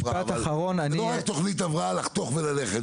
זאת לא רק תכנית הבראה לחתוך וללכת,